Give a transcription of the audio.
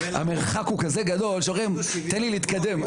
המרחק הוא כל כך גדול שאומרים: תן לי להתקדם.